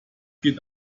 geht